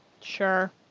Sure